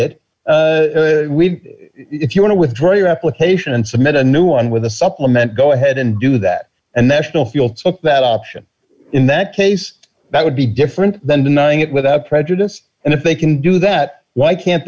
it if you want to withdraw your application and submit a new one with the supplement go ahead and do that and national field so that option in that case that would be different then denying it without prejudice and if they can do that why can't